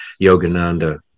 Yogananda